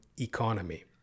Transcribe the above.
economy